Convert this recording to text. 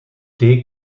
thee